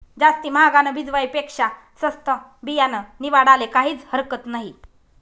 जास्ती म्हागानं बिजवाई पेक्शा सस्तं बियानं निवाडाले काहीज हरकत नही